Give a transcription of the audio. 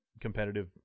competitive